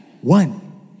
One